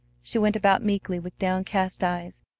she went about meekly with downcast eyes,